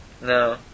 No